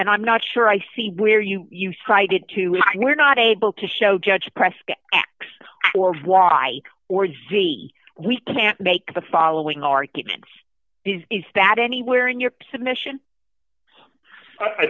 and i'm not sure i see where you you cited two were not able to show judge prescott x or y or z we can make the following argument is that anywhere in your submission i